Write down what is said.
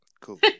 cool